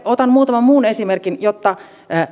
otan muutaman muun esimerkin jotta